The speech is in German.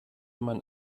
man